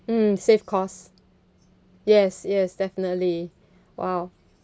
mm save costs yes yes definitely !wow!